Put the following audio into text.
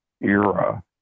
era